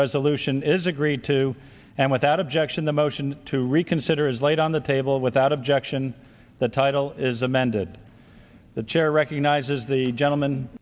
resolution is agreed to and without objection the motion to reconsider is laid on the table without objection the title is amended the chair recognizes the gentleman